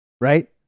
Right